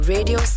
Radio